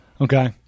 Okay